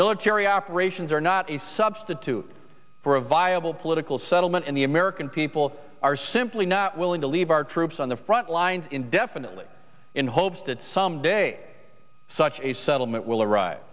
military operations are not a substitute for a viable political settlement in the american people are simply not willing to leave our troops on the front lines indefinitely in hopes that someday such a settlement will arrive